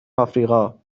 افریقا